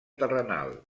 terrenal